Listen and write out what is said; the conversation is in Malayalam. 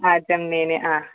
ആ ചെമ്മീൻ ആ